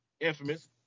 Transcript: infamous